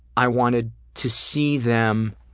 i wanted to see them